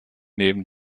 neben